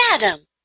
madam